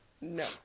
No